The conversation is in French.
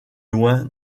loin